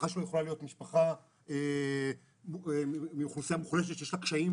המשפחה שלו יכולה להיות משפחה מקבוצה מוחלשת שיש לה קשיים